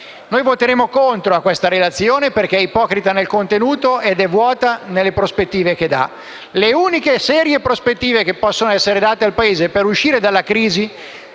Voteremo contro questa relazione, perché è ipocrita nel contenuto e vuota nelle prospettive che offre. Le uniche serie prospettive che possono essere date al Paese per uscire dalla crisi,